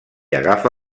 agafa